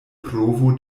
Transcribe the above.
provo